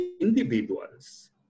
individuals